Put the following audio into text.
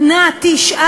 ישראל.